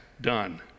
done